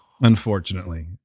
Unfortunately